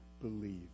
believe